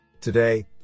Today